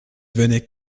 venait